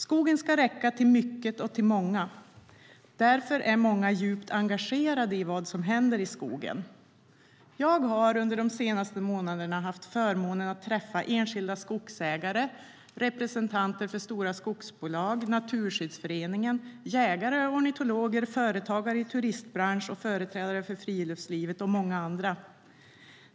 Skogen ska räcka till mycket och till många. Därför är många djupt engagerade i vad som händer i skogen. Jag har under de senaste månaderna haft förmånen att träffa enskilda skogsägare, representanter för stora skogsbolag, Naturskyddsföreningen, jägare, ornitologer, företagare i turistbranschen, företrädare för friluftslivet och många andra.